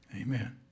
Amen